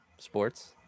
sports